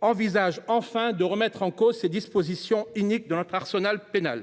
envisagea enfin de remettre en cause ces dispositions iniques de l’arsenal pénal